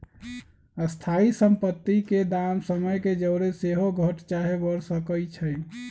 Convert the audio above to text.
स्थाइ सम्पति के दाम समय के जौरे सेहो घट चाहे बढ़ सकइ छइ